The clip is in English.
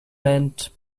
meant